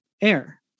air